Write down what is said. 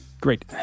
Great